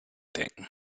denken